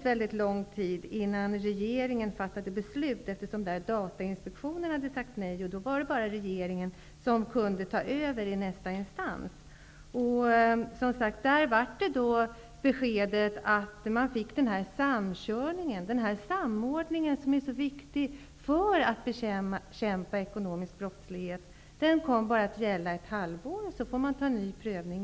väldigt lång tid innan regeringen fattade beslut; eftersom Datainspektionen hade sagt nej var det bara regeringen som kunde ta över i nästa instans. Regeringens besked blev som sagt att den samkörning, den samordning som är så viktig för bekämpningen av ekonomisk brottslighet, bara kom att gälla i ett halvår. Sedan måste det återigen ske en ny prövning.